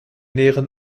näheren